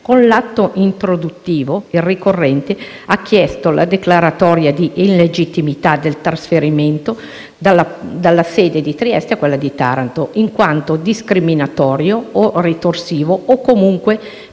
Con l'atto introduttivo, il ricorrente ha chiesto la declaratoria di illegittimità del proprio trasferimento dalla sede di Trieste a quella di Taranto, in quanto discriminatorio o ritorsivo o, comunque, per